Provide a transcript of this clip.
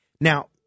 Now